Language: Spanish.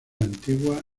antigua